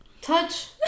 Touch